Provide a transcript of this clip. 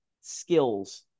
skills